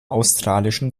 australischen